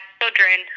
children